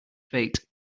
fate